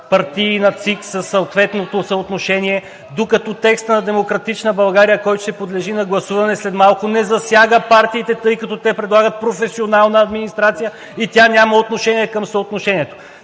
партийна ЦИК със съответното съотношение, докато текстът на „Демократична България“, който ще подлежи на гласуване след малко, не засяга партиите, тъй като те предлагат професионална администрация и тя няма отношение към съотношението.